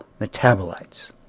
metabolites